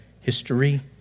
history